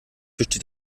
besteht